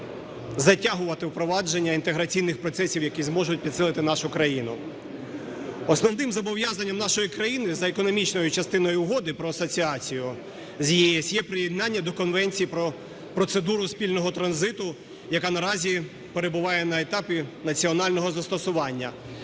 затягувати впровадження інтеграційних процесів, які зможуть підсилити нашу країну. Основним зобов'язанням нашої країни за економічною частиною Угоди про асоціацію з ЄС є приєднання до Конвенції про процедуру спільного транзиту, яка наразі перебуває на етапі національного застосування.